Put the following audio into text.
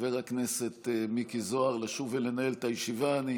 חבר הכנסת מיקי זוהר לשוב ולנהל את הישיבה.